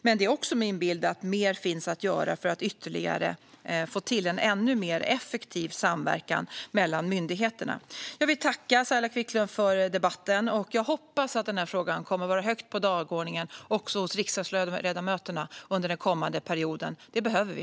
Men det är också min bild att det finns mer att göra för att få till en ännu mer effektiv samverkan mellan myndigheterna. Jag vill tacka Saila Quicklund för debatten, och jag hoppas att denna fråga kommer att vara högt på dagordningen också för riksdagsledamöterna under den kommande perioden. Det behöver vi.